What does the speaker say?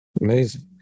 amazing